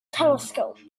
telescope